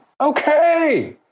Okay